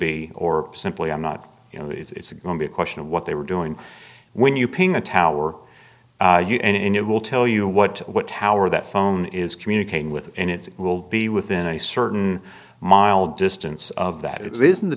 be or simply i'm not you know it's going to be a question of what they were doing when you ping a tower and it will tell you what what tower that phone is communicating with and it will be within a certain mile distance of that it's isn't the